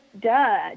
duh